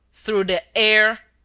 through the air?